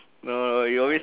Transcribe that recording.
no no you always